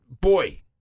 Boy